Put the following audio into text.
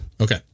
Okay